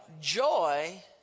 joy